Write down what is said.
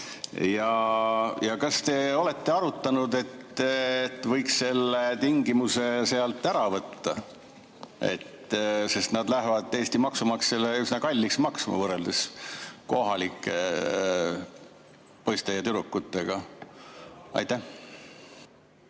Kas te olete arutanud, et võiks selle tingimuse sealt ära võtta, sest nad lähevad Eesti maksumaksjale üsna kalliks maksma, võrreldes kohalike poiste ja tüdrukutega? Aitäh!